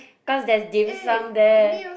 cause there's Dim Sum there